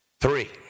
three